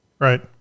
Right